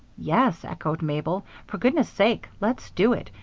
yes, echoed mabel, for goodness' sake, let's do it.